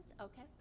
Okay